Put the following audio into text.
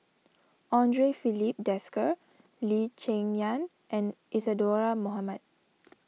andre Filipe Desker Lee Cheng Yan and Isadhora Mohamed